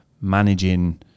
managing